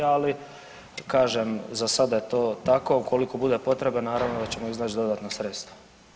Ali kažem za sada je to tako, a ukoliko bude potrebe naravno da ćemo iznaći dodatna sredstva.